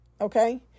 Okay